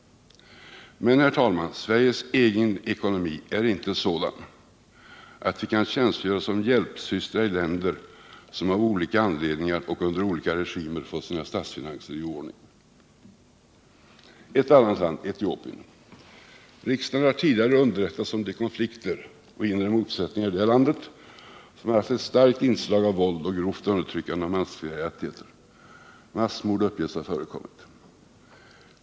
Sveriges egen ekonomi, herr talman, är inte sådan att vi kan tjänstgöra som hjälpsystrar i länder som av olika anledningar och under olika regimer fått sina statsfinanser i oordning. Etiopien: Riksdagen har tidigare underrättats om konflikter och inre motsättningar som har haft ett starkt inslag av våld och grovt undertryckande av mänskliga rättigheter. Massmord uppges ha förekommit.